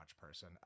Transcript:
person